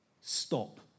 Stop